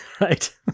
Right